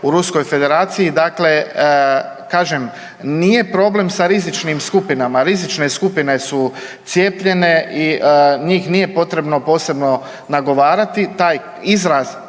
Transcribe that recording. u Ruskoj federaciji. Dakle, kažem nije problem sa rizičnim skupinama, rizične skupine su cijepljene i njih nije potrebno posebno nagovarati, taj izraz